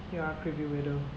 you are a criminal